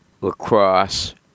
lacrosse